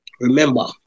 Remember